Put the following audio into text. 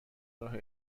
راه